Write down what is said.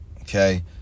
okay